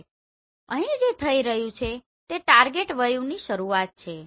તો અહીં જે થઈ રહ્યું છે તે ટાર્ગેટ વયુંની શરૂઆત છે